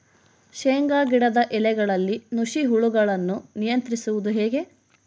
ಶೇಂಗಾ ಗಿಡದ ಎಲೆಗಳಲ್ಲಿ ನುಷಿ ಹುಳುಗಳನ್ನು ನಿಯಂತ್ರಿಸುವುದು ಹೇಗೆ?